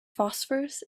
phosphorus